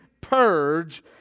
purge